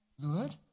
good